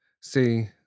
See